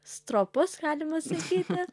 stropus galima sakyti